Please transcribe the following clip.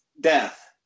death